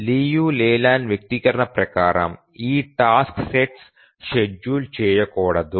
Liu Leland వ్యక్తీకరణ ప్రకారం ఈ టాస్క్ సెట్స్ షెడ్యూల్ చేయకూడదు